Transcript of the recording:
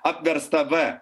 apversta v